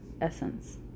essence